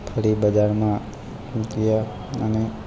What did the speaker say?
ફરી બજારમાં ગયા અને